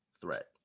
threat